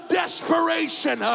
desperation